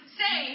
say